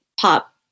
pop